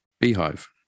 beehive